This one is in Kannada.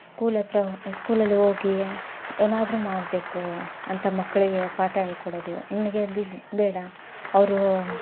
ಸ್ಕೂಲ ಹತ್ರ ಹೋ ಸ್ಕೂಲಲ್ಲಿ ಹೋಗಿ ಏನಾದರೂ ಮಾಡಬೇಕು ಅಂತ ಮಕ್ಕಳಿಗೆ ಪಾಠ ಹೇಳ್ ಕೊಡೋದು ನನಗೆ ದುಡ್ಡು ಬೇಡ ಅವರು